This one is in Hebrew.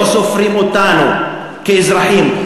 לא סופרים אותנו כאזרחים?